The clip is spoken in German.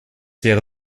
wäre